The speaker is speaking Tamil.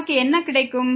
நமக்கு என்ன கிடைக்கும்